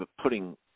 putting –